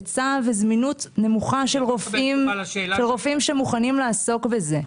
היצע וזמינות נמוכה של רופאים שמוכנים לעסוק בזה.